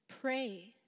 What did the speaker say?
Pray